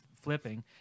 flipping